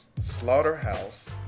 Slaughterhouse